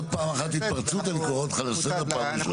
עוד פעם אחת התפרצות אני קורא אותך לסדר פעם ראשונה.